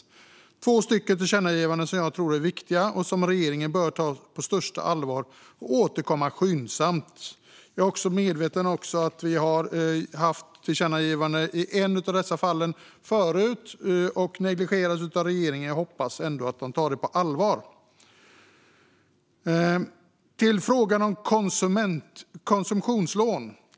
Det här är två viktiga tillkännagivanden som regeringen bör ta på största allvar och återkomma skyndsamt i fråga om. Jag är också medveten om att vi tidigare har haft tillkännagivanden och att regeringen har negligerat dessa. Men jag hoppas ändå att regeringen tar dessa tillkännagivanden på allvar. Jag går över till frågan om konsumtionslån.